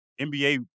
NBA